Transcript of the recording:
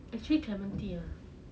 actually clementi ah